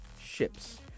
ships